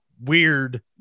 weird